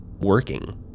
working